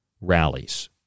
rallies